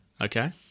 Okay